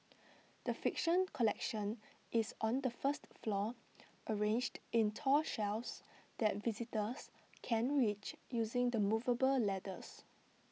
the fiction collection is on the first floor arranged in tall shelves that visitors can reach using the movable ladders